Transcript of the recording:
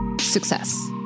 success